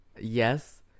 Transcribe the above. yes